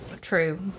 True